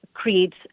creates